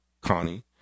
Connie